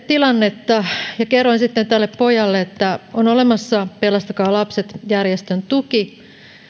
tilannetta ja kerroin sitten tälle pojalle että on olemassa pelastakaa lapset järjestön tuki